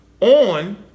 on